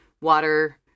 water